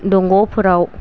दंग'फोराव